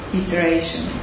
iteration